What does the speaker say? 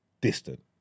distant